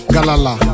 Galala